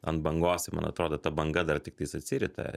ant bangos tai man atrodo ta banga dar tiktais atsirita